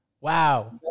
wow